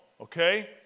Okay